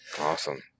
Awesome